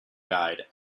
guide